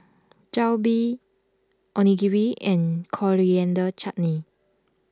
Jalebi Onigiri and Coriander Chutney